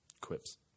Quips